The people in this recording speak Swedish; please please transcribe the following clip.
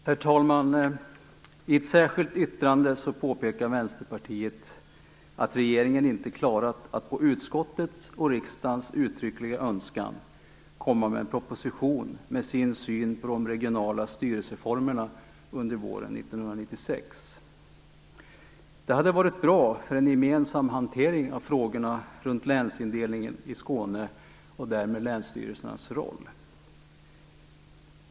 Herr talman! I ett särskilt yttrande påpekar Vänsterpartiet att regeringen inte klarat att på utskottets och riksdagens uttryckliga önskan komma med en proposition med regeringens syn på de regionala styrelseformerna under våren 1996. Det hade varit bra för en gemensam hantering av frågorna kring länsindelningen i Skåne och därmed länsstyrelsernas roll.